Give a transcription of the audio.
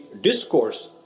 discourse